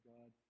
God